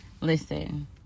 Listen